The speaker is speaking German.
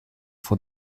vor